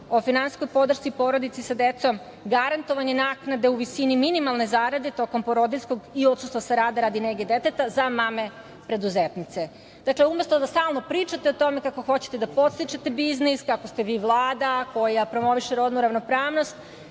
o finansijskoj podršci porodici sa decom, garantovanje naknade u visini minimalne zarade tokom porodiljskog i odsustva sa rada radi nege deteta za mame preduzetnice. Umesto da stalno pričate o tome kako hoćete da podstičete biznis, kako ste vi Vlada koja promoviše rodnu ravnopravnost,